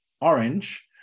orange